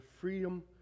freedom